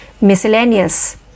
miscellaneous